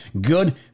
Good